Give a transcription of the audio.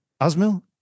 Asmil